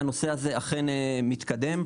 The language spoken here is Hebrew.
והנושא הזה אכן מתקדם.